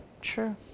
True